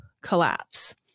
collapse